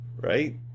Right